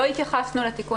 לא התייחסנו לתיקון